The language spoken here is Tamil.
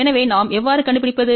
எனவே நாம் எவ்வாறு கண்டுபிடிப்பது